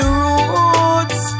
roots